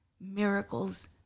miracles